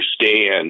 understand